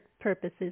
purposes